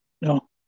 No